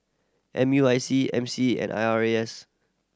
M U I C M C and I R A S